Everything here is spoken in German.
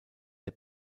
der